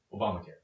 Obamacare